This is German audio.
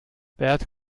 bert